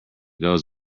goes